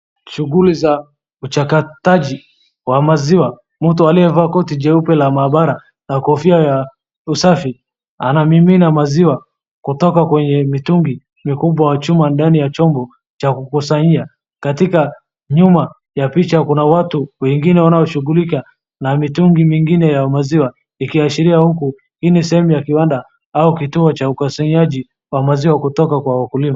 Shughuli za uchakataji wa maziwa .Mtu aliyevaa koti jeupe la mahabara na kofia ya usafi anamimina maziwa kutoka kwenye mitungi mikubwa ya chuma ndani ya chombo cha kukusanyia. Katika nyuma ya picha kuna watu wengine wanaoshughulika na mitungi mingine ya maziwa ikiashiria huku hii ni ehemu ya kiwanda au kituo cha ukusanyaji wa maziwa kutoka kwa wakulima.